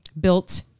built